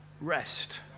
rest